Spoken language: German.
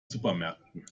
supermärkten